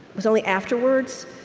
was only afterwards.